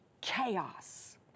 chaos